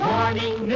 Morning